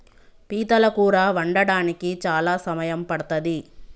పీతల కూర వండడానికి చాలా సమయం పడ్తది